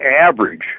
average